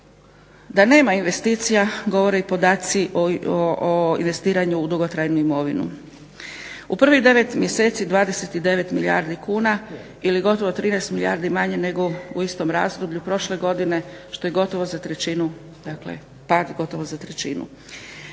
Da nema investicija govore i podaci o investiranju u dugotrajnu imovinu. U prvih 9 mjeseci 29 milijardi kuna ili gotovo 13 milijardi manje nego u istom razdoblju prošle godine što je gotovo za trećinu, dakle pad gotovo za trećinu.